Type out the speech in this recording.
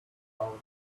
out